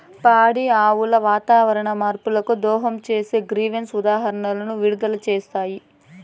పాడి ఆవులు వాతావరణ మార్పులకు దోహదం చేసే గ్రీన్హౌస్ ఉద్గారాలను విడుదల చేస్తాయి